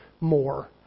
more